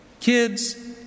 Kids